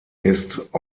ist